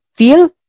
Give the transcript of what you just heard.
Feel